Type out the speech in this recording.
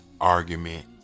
argument